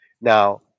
Now